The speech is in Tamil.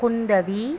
குந்தவி